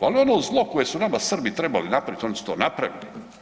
Ali ono zlo koje su nama Srbi trebali napraviti oni su to napravili.